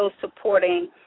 supporting